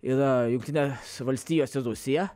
yra jungtinės valstijos ir rusija